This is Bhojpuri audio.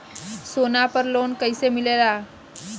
सोना पर लो न कइसे मिलेला?